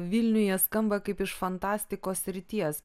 vilniuje skamba kaip iš fantastikos srities